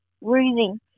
reading